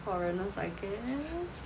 foreigners I guess